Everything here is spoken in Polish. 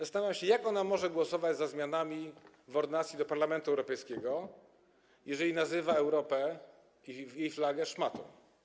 Zastanawiam się, jak ona może głosować za zmianami w ordynacji do Parlamentu Europejskiego, jeżeli nazywa Europę, jej flagę szmatą.